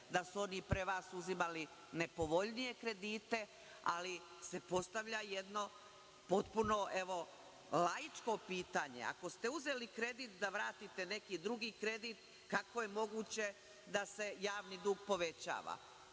da su oni pre vas uzimali nepovoljnije kredite, ali se postavlja jedno potpuno laičko pitanje – ako ste uzeli kredit da vratite neki drugi kredit, kako je moguće da se javni dug povećava?